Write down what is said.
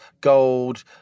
gold